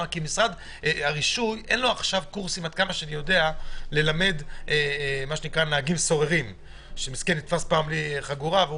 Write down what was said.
כי משרד הרישוי אין לו קורסים ללמד נהגים סוררים שנתפס פעם בלי חגורה.